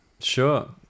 Sure